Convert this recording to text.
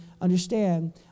understand